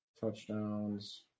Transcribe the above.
Touchdowns